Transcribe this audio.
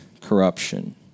corruption